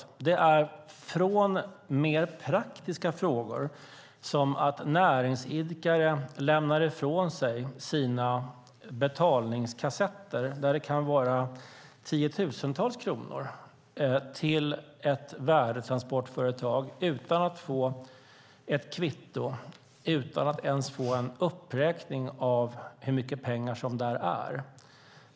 Till att börja med handlar det om praktiska frågor, som att näringsidkare lämnar ifrån sig sina betalningskassetter som kan innehålla tiotusentals kronor till ett värdetransportföretag utan att få ett kvitto, utan att ens få en uppräkning av hur mycket pengar där finns.